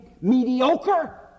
mediocre